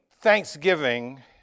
Thanksgiving